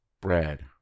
Bread